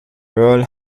earl